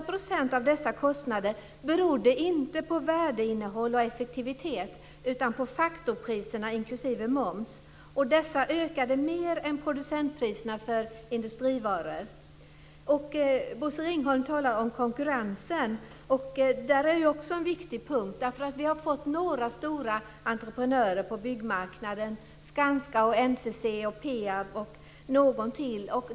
av dessa kostnader berodde inte på värdeinnehåll och effektivitet utan på faktorpriserna inklusive moms, och dessa ökade mer än producentpriserna för industrivaror. Bosse Ringholm talade om konkurrens. Det är också en viktig punkt. Vi har fått några stora entreprenörer på byggmarknaden - Skanska, NCC och Peab och någon till.